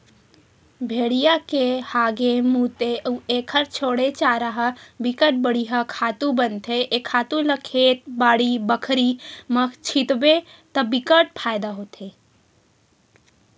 भेड़िया के हागे, मूते अउ एखर छोड़े चारा ह बिकट बड़िहा खातू बनथे ए खातू ल खेत, बाड़ी बखरी म छितबे त बिकट फायदा करथे